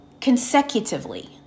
consecutively